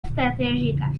estratègiques